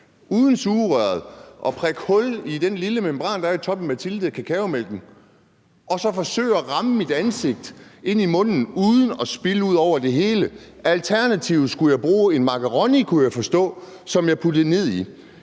uden sugerøret at prikke hul på den lille membran, der er i toppen af Mathilde-kakaomælken, og så forsøge at ramme mit ansigt inde i munden uden at spilde ud over det hele. Alternativt skulle jeg bruge en makaroni, kunne jeg forstå, som jeg puttede ned i